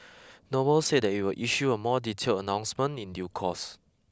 Noble said that you will issue a more detailed announcement in due course